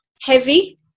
heavy